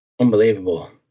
Unbelievable